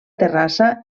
terrassa